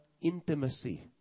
intimacy